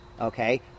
Okay